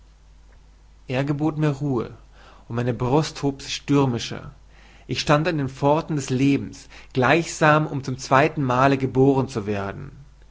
er gebot mir ruhe und meine brust hob sich stürmischer ich stand an den pforten des lebens gleichsam um zum zweitenmale geboren zu werden